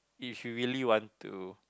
if you really want to